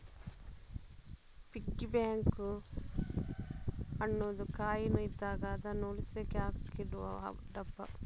piggy bank ಅನ್ನುದು coin ಇದ್ದಾಗ ಅದನ್ನು ಉಳಿಸ್ಲಿಕ್ಕೆ ಹಾಕಿಡುವ ಡಬ್ಬ